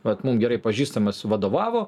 vat mum gerai pažįstamas vadovavo